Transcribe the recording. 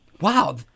Wow